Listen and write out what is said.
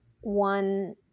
one